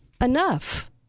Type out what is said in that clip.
Enough